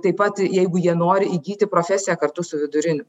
taip pat jeigu jie nori įgyti profesiją kartu su viduriniu